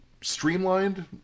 streamlined